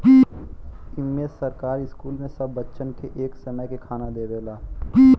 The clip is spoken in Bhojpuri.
इम्मे सरकार स्कूल मे सब बच्चन के एक समय के खाना देवला